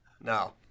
No